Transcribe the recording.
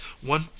One